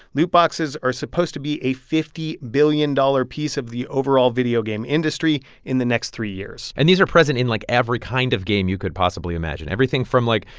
loot boxes are supposed to be a fifty billion dollars piece of the overall video game industry in the next three years and these are present in, like, every kind of game you could possibly imagine, everything from, like,